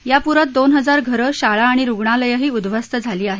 या पुरात दोन हजार घरं शाळा अणि रुग्णालयंही उद्ध्वस्त झाली आहेत